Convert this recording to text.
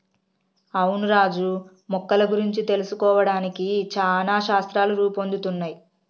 అవును రాజు మొక్కల గురించి తెలుసుకోవడానికి చానా శాస్త్రాలు రూపొందుతున్నయ్